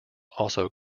also